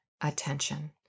attention